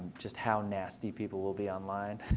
just how nasty people will be online.